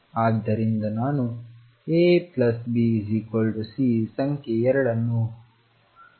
ಆದ್ದರಿಂದ ನಾನು A B C ಸಂಖ್ಯೆ 2 ಅನ್ನು ಹೊಂದಲಿದ್ದೇನೆ